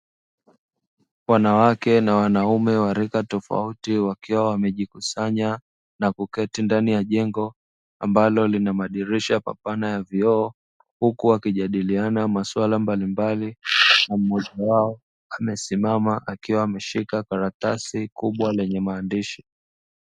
Wanawake na wanaume wa rika tofauti, wakiwa wamejikusanya na kuketi ndani ya jengo ambalo lina madirisha kwa mfano ya vioo. Huku wakijadiliana mambo mbalimbali, kiongozi wao akiwa ameshika karatasi kubwa yenye maandishi.